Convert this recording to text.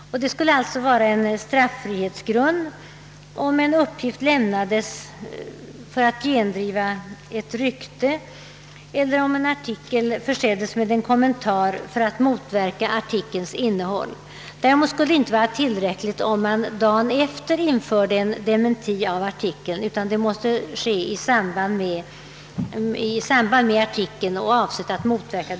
En straffrihetsgrund skulle också vara om en uppgift lämnades för att gendriva ett rykte, eller om en artikel försågs med en kommentar för att motverka sitt innehåll. Däremot skulle det inte vara tillräckligt att dagen efter en artikels införande dementera den, utan det måste ske samtidigt med artikeln i fråga.